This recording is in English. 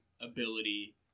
ability